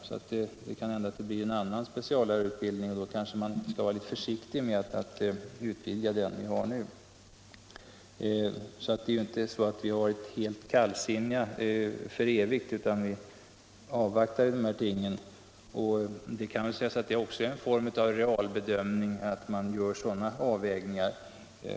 Det kan med andra ord hända att vi får en annan speciallärarutbildning, och då bör man nog vara litet försiktig med att utvidga den utbildning vi nu har. Det är inte så att vi har ställt oss helt kallsinniga nu och för alltid, utan vi avvaktar utvecklingen där. Man kan väl säga att det också är en form av realbedömning att göra sådana avvägningar.